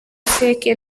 fake